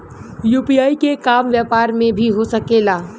UPI के काम व्यापार में भी हो सके ला?